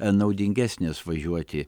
naudingesnės važiuoti